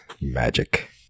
Magic